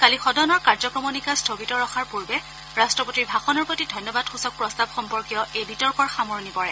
কালি সদনৰ কাৰ্যক্ৰমণিকা স্থগিত ৰখাৰ পূৰ্বে ৰাট্টপতিৰ ভাষণৰ প্ৰতি ধন্যবাদসূচক প্ৰস্তাৱ সম্পৰ্কীয় এই বিতৰ্কৰ সামৰণি পৰে